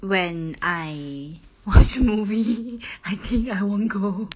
when I watch movie I think I won't go